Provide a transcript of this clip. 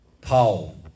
Paul